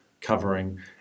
covering